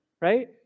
right